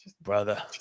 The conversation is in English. brother